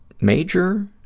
Major